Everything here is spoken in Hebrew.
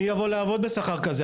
מי יבוא לעבוד בשכר כזה?